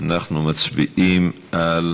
אנחנו מצביעים על